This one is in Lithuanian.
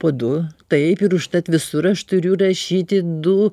po du taip ir užtat visur aš turiu rašyti du